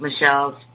Michelle's